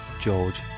George